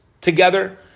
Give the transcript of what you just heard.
together